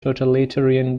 totalitarian